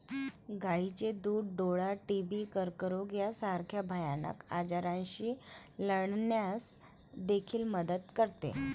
गायीचे दूध डोळा, टीबी, कर्करोग यासारख्या भयानक आजारांशी लढण्यास देखील मदत करते